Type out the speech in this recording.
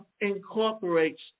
incorporates